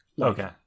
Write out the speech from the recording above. Okay